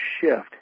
shift